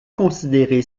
considérer